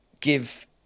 give